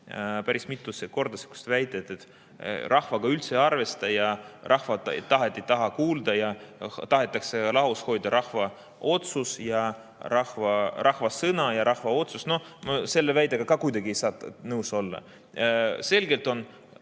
päris mitu korda väidet, et rahvaga üldse ei arvestata ja rahva tahet ei taheta kuulda ja tahetakse lahus hoida rahva otsus ja rahva sõna. No selle väitega ma ka kuidagi ei saa nõus olla. Selge on,